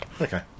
Okay